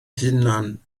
hunan